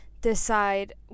decide